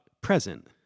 present